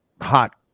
hot